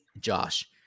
Josh